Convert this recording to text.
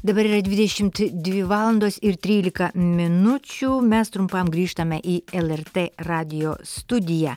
dabar yra dvidešimt dvi valandos ir trylika minučių mes trumpam grįžtame į lrt radijo studiją